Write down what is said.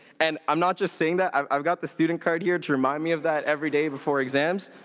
and i'm not just saying that. i've got the student card here to remind me of that every day before exams.